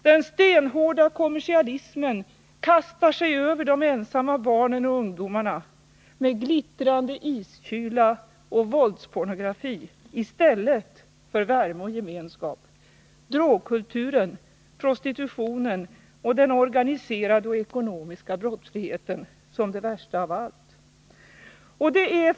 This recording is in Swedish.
Den stenhårda kommersialism som kastar sig över de ensamma barnen och ungdomarna med glittrande iskyla och våldspornografi i stället för med värme och gemenskap. Drogkulturen, prostitutionen och den organiserade och ekonomiska brottsligheten som det värsta av allt. Fru talman!